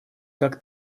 как